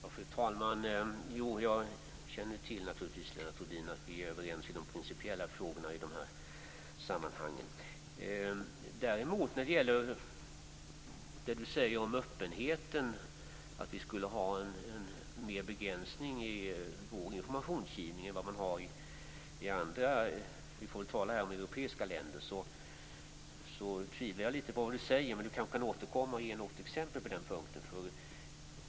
Fru talman! Jag känner naturligtvis till att vi är överens i de principiella frågorna i de här sammanhangen, Lennart Rohdin. När det däremot gäller det Lennart Rohdin säger om öppenheten, att vi skulle ha en större begränsning i vår informationsgivning än vad man har i andra europeiska länder, som vi här talar om, tvivlar jag litet grand på det Lennart Rohdin säger. Han kan kanske återkomma och ge något exempel på den punkten.